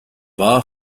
war